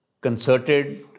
concerted